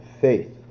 faith